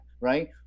right